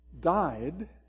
Died